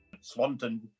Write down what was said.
Swanton